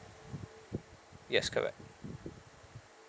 yes correct